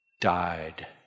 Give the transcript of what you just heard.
died